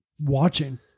watching